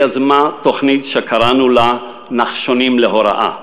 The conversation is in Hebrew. היא יזמה תוכנית שקראנו לה "נחשונים להוראה".